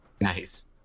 Nice